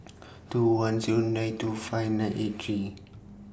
two one Zero nine two five nine eight three